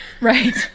Right